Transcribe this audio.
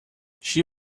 she